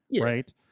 right